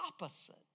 Opposite